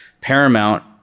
Paramount